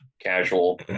casual